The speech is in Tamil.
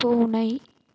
பூனை